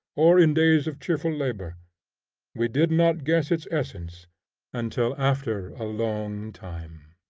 or in days of cheerful labor we did not guess its essence until after a long time.